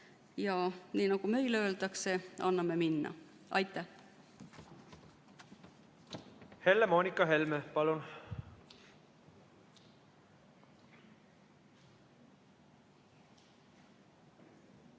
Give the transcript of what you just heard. Nii nagu meil öeldakse: anname minna. Aitäh! Helle-Moonika Helme, palun!